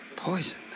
Poison